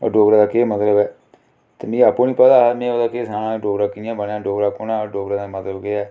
डोगरा दा केह् मतलब ऐ ते मिगी आपूं नी पता हा में ओह्दा केह् सनानां डोगरा कियां बनेआ डोगरा कु'न हा डोगरे दा मतलब केह् ऐ